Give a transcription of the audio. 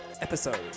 episode